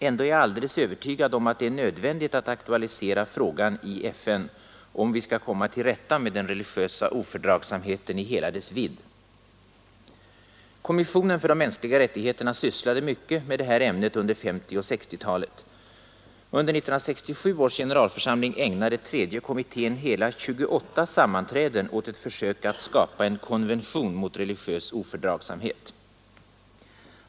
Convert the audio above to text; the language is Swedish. Ändå är jag alldeles övertygad om att det är nödvändigt att aktualisera frågan i Förenta nationerna, om vi skall komma till rätta med den religiösa ofördragsamheten i hela dess vidd. Kommissionen för de mänskliga rättigheterna sysslade mycket med detta ämne under 1950 och 1960-talen. Under 1967 års generalförsamling ägnade tredje kommittén hela 28 sammanträden åt ett försök att skapa en konvention mot religiös ofördragsamhet.